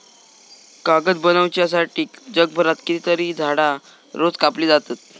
कागद बनवच्यासाठी जगभरात कितकीतरी झाडां रोज कापली जातत